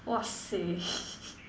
!wahseh!